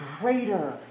greater